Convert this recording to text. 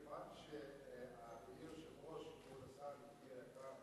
מכיוון שאדוני היושב-ראש, כבוד השר, ידידי היקר,